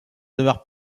demeure